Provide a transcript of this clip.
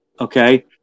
okay